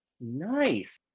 Nice